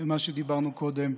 למה שדיברנו קודם.